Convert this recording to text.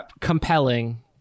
compelling